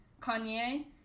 Kanye